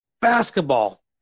basketball